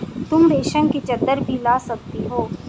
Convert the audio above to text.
तुम रेशम की चद्दर भी ला सकती हो